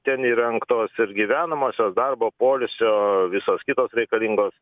ten įrengtos ir gyvenamosios darbo poilsio visos kitos reikalingos